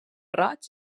roig